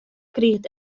kriget